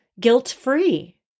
guilt-free